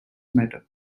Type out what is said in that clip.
matter